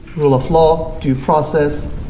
rule of law, due process,